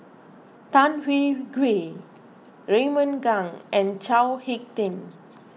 Tan Hwee Hwee Raymond Kang and Chao Hick Tin